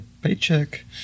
Paycheck